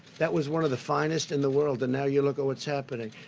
that was one of the finest in the world, and now you look at what's happening.